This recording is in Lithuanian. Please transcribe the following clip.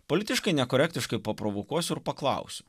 politiškai nekorektiškai paprovokuosiu ir paklausiu